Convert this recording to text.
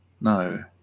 No